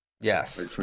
Yes